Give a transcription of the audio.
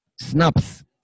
Snaps